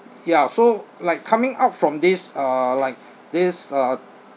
yeah so like coming out from this uh like this uh